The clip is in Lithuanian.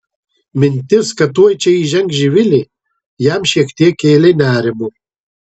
mintis kad tuoj čia įžengs živilė jam šiek tiek kėlė nerimo